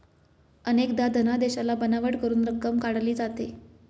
अनेकदा धनादेशाला बनावट करून रक्कम काढली जाते